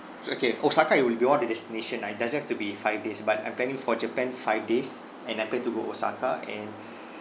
so okay osaka it will be one of the destination ah it doesn't have be five days but I'm planning for japan five days and I plan to go osaka and